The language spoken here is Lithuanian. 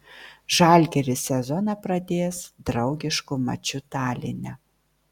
žalgiris sezoną pradės draugišku maču taline